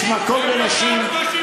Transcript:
יש לך בעלות על היהדות?